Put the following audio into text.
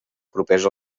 propers